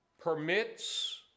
permits